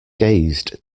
gazed